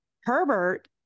Herbert